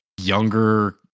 younger